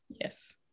Yes